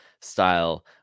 style